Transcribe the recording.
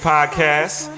Podcast